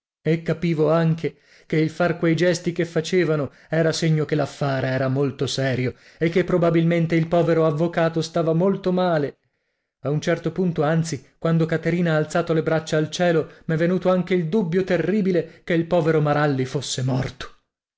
e capivo anelare che il far quei gesti che facevano era segno che l'affare era molto serio e che probabilmente il povero avvocato stava molto male a un certo punto anzi quando caterina ha alzato le braccia al cielo m'è venuto anche il dubbio terribile che il povero maralli fosse morto